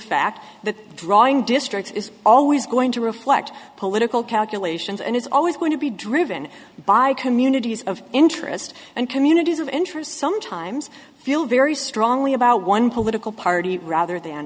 fact that drawing districts is always going to reflect political calculations and it's always going to be driven by communities of interest and communities of interest sometimes feel very strongly about one political party rather than